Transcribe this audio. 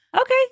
Okay